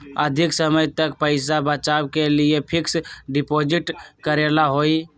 अधिक समय तक पईसा बचाव के लिए फिक्स डिपॉजिट करेला होयई?